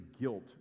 guilt